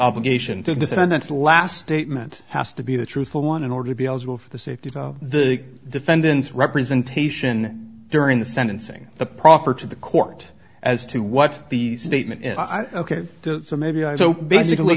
obligation to the defendant's last statement has to be the truthful one in order to be eligible for the safety of the defendant's representation during the sentencing the proffer to the court as to what the statement ok so maybe i so basically